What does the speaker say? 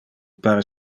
pare